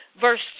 verse